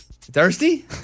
Thirsty